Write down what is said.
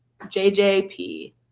JJP